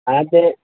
હા તે